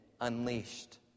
unleashed